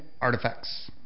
artifacts